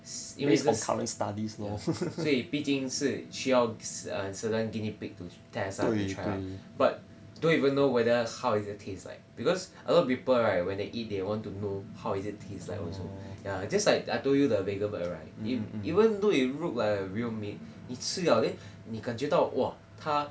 因为是 ya 所以毕竟是需要 err certain guinea pigs to test ah to try but don't even know whether how is the taste like because a lot people right when they eat they want to know how is it taste like also ya just like I told you the veganburg right if even though it look like a real meat 你吃了 then 你感觉到哇他